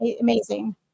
amazing